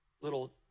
little